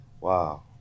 Wow